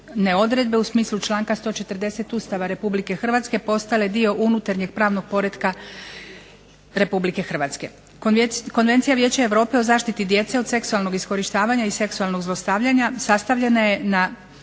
odredbe u smislu članka 140. Ustava Republike Hrvatske postale dio unutarnjeg pravnog poretka Republike Hrvatske. Konvencija Vijeća Europe o zaštiti djece od seksualnog iskorištavanja i seksualnog zlostavljanja sastavljena je na